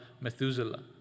Methuselah